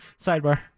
sidebar